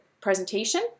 presentation